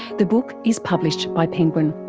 the book is published by penguin.